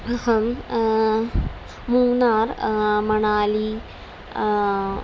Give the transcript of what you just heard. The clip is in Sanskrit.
अहं मूनार् मणाली